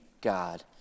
God